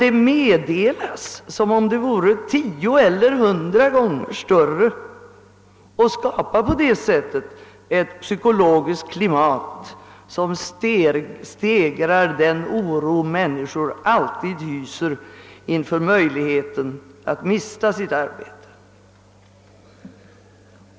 de meddelas som om de vore tio: eller hundra gånger större, varigenom skapas ett PSykologiskt klimat som stegrar den oro människor alltid hyser inför möjligheten att mista sitt arbete.